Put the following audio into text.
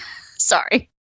Sorry